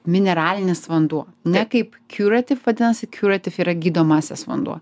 mineralinis vanduo ne kaip kiuratif vadinasi kiuratif yra gydomąsias vanduo